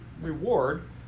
reward